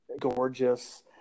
gorgeous